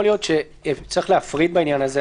יכול להיות שצריך להפריד בעניין הזה,